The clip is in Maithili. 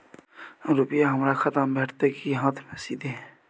रुपिया हमर खाता में भेटतै कि हाँथ मे सीधे?